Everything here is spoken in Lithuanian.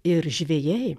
ir žvejai